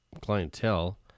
clientele